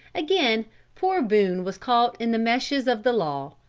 again poor boone was caught in the meshes of the law.